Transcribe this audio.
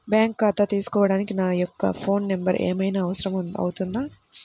Bank ఖాతా తీసుకోవడానికి నా యొక్క ఫోన్ నెంబర్ ఏమైనా అవసరం అవుతుందా?